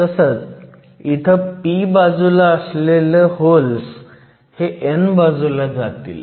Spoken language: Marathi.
तसंच इथं p बाजूला असलेले होल्स हे n बाजूला जातील